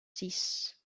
six